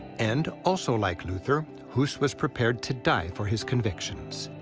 and, also like luther, hus was prepared to die for his convictions.